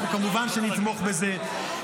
אנחנו כמובן נתמוך בזה.